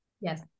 Yes